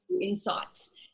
insights